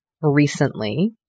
recently